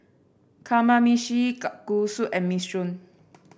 Kamameshi Kalguksu and Minestrone